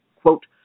quote